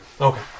Okay